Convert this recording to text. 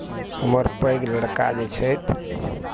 हमर पैघ लड़का जे छथि